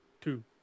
Two